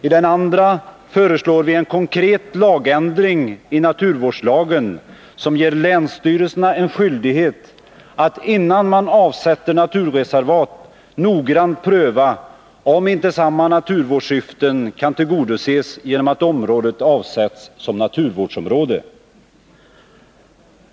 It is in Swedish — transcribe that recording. I den andra föreslår vi en konkret lagändring i naturvårdslagen, som ger länsstyrelserna en skyldighet att innan man avsätter naturreservat noggrant pröva om inte samma naturvårdssyften kan tillgodoses genom att området avsätts som naturvårdsområde.